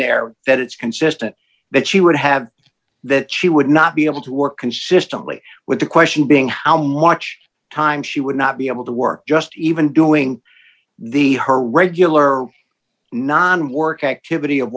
there that it's consistent that she would have that she would not be able to work consistently with the question being how much time she would not be able to work just even doing the her regular non work activity of